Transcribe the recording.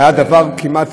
הייתה דבר כמעט,